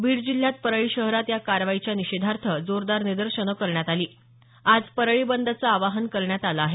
बीड जिल्ह्यात परळी शहरात या कारवाईच्या निषेधार्थ जोरदार निदर्शनं करण्यात आली आज परळी बंदचं आवाहन करण्यात आलं आहे